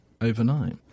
overnight